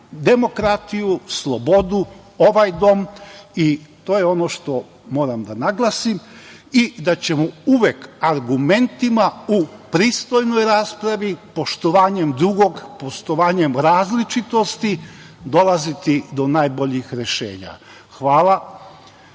demokratiju, slobodu, ovaj dom i to je ono što moram da naglasim, da ćemo uvek argumentima, u pristojnoj raspravi, poštovanjem drugog, poštovanjem različitosti, dolaziti do najboljih rešenja. Hvala.